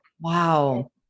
Wow